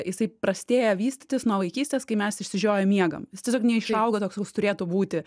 jisai prastėja vystytis nuo vaikystės kai mes išsižioję miegam jis tiesiog neišauga toks koks turėtų būti